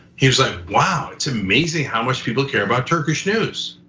he was like, wow, it's amazing how much people care about turkish news.